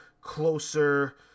closer